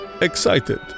excited